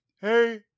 Hey